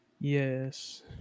yes